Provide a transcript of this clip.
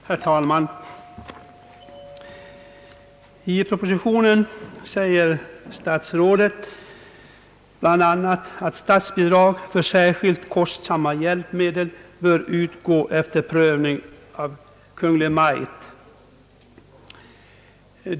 Herr talman! I propositionen framhåller statsrådet bl.a. att statsbidrag för särskilt kostsamma hjälpmedel bör utgå efter prövning av Kungl. Maj:t.